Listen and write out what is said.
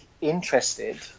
interested